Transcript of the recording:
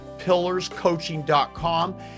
PillarsCoaching.com